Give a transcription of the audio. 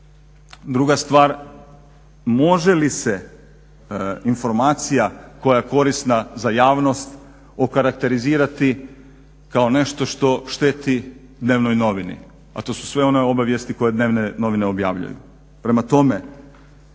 Druga stvar, može li se informacija koja je korisna za javnost okarakterizirati kao nešto što šteti dnevnoj novini, a to su sve one obavijesti koje dnevne novine objavljuju. Prema tome,